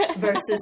versus